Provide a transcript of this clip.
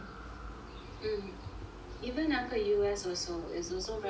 hmm even 那个 U_S also it's also very different